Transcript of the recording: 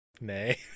Nay